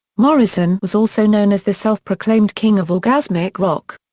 morrison was also known as the self-proclaimed king of orgasmic rock.